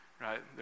right